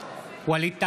ווליד טאהא,